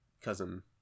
cousin